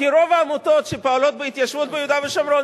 כי רוב העמותות שפועלות בהתיישבות ביהודה ושומרון,